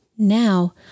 Now